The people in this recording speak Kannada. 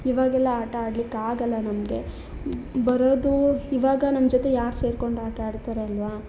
ಇವಾಗೆಲ್ಲ ಆಟ ಆಡಲಿಕ್ಕಾಗಲ್ಲ ನಮಗೆ ಬರೋದು ಇವಾಗ ನಮ್ಮ ಜೊತೆ ಯಾರು ಸೇರ್ಕೊಂಡು ಆಟ ಆಡ್ತಾರೆ ಅಲ್ಲವಾ